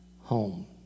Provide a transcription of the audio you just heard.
home